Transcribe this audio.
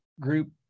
group